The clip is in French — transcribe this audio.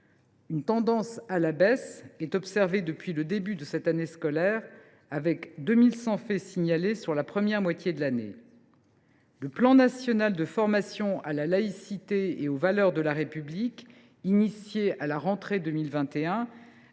Une tendance à la baisse est observée depuis le début de cette année scolaire, avec 2 100 faits signalés sur la première moitié de l’année. Le plan national de formation à la laïcité et aux valeurs de la République, mis en place à la rentrée 2021,